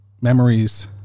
memories